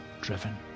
driven